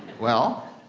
well,